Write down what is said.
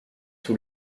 sous